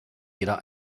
jeder